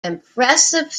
impressive